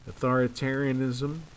authoritarianism